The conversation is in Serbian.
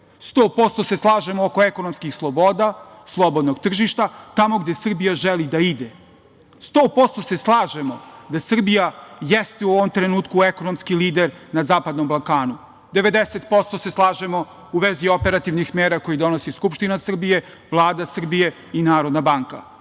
100% oko ekonomskih sloboda, slobodnog tržišta, tamo gde Srbija želi da ide. Slažemo se 100% da Srbija jeste u ovom trenutku ekonomski lider na zapadnom Balkanu. Slažemo se 90% u vezi operativnih mera koje donosi Skupština Srbije, Vlada Srbije i Narodna banka,